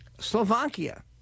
Slovakia